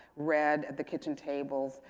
read at the kitchen tables.